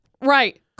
Right